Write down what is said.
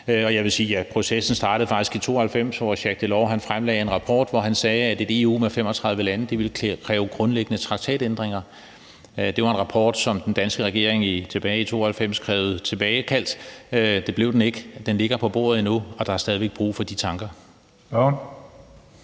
og jeg vil sige, at processen faktisk startede i 1992, hvor Jacques Delors fremlagde en rapport og sagde, at et EU med 35 lande ville kræve grundlæggende traktatændringer. Det var en rapport, som den danske regering tilbage i 1992 krævede tilbagekaldt – det blev den ikke. Den ligger på bordet endnu, og der er stadig væk brug for de tanker. Kl.